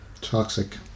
Toxic